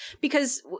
because-